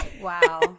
Wow